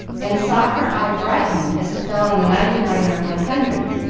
and saw her eye brighten as it fell on the ninety nine or one hundred,